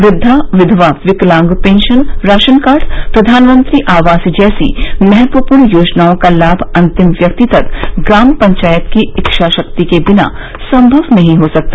वृद्वा विधवा विकलांग pension ration card प्रधानमंत्री आवास जैसी महत्वपूर्ण योजनाओं का लाभ अंतिम व्यक्ति तक ग्राम पंचायत की इच्छाशक्ति के बिना संभव नहीं हो सकता